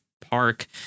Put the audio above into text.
Park